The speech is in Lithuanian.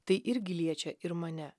tai irgi liečia ir mane